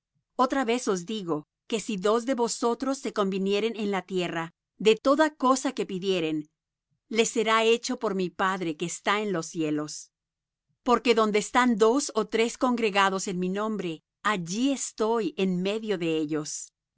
otra vez os digo que si dos de vosotros se convinieren en la tierra de toda cosa que pidieren les será hecho por mi padre que está en los cielos porque donde están dos ó tres congregados en mi nombre allí estoy en medio de ellos